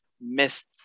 missed